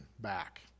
back